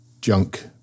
junk